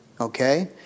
okay